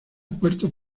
puertos